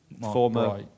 former